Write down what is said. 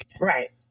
Right